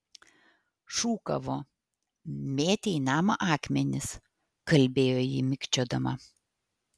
šūkavo mėtė į namą akmenis kalbėjo ji mikčiodama